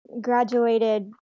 graduated